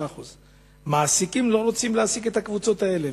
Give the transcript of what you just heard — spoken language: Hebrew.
83%; מעסיקים לא רוצים להעסיק את הקבוצות האלה.